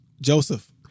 Joseph